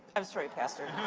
i'm sorry, pastor.